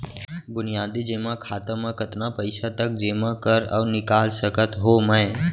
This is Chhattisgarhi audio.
बुनियादी जेमा खाता म कतना पइसा तक जेमा कर अऊ निकाल सकत हो मैं?